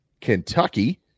Kentucky